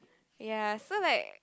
ya so like